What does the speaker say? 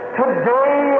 today